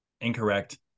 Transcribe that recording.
incorrect